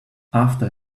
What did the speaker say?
after